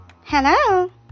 Hello